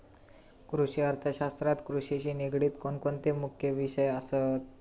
कृषि अर्थशास्त्रात कृषिशी निगडीत कोणकोणते मुख्य विषय असत?